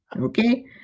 Okay